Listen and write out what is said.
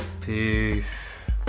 Peace